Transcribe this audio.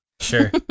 sure